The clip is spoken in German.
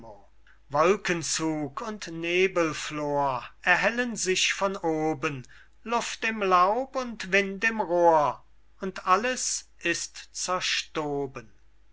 pianissimo wolkenzug und nebelflor erhellen sich von oben luft im laub und wind im rohr und alles ist zerstoben